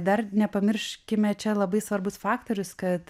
dar nepamirškime čia labai svarbus faktorius kad